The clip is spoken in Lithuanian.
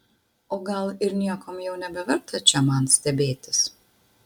o gal ir niekuom jau nebeverta čia man stebėtis